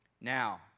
now